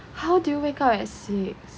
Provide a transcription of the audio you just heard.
how do you wake up at six